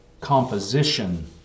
composition